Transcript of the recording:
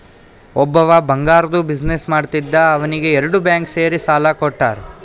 ಒಬ್ಬವ್ ಬಂಗಾರ್ದು ಬಿಸಿನ್ನೆಸ್ ಮಾಡ್ತಿದ್ದ ಅವ್ನಿಗ ಎರಡು ಬ್ಯಾಂಕ್ ಸೇರಿ ಸಾಲಾ ಕೊಟ್ಟಾರ್